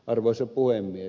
arvoisa puhemies